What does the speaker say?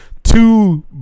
Two